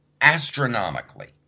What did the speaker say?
astronomically